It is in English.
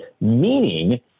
meaning